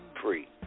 free